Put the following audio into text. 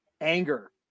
anger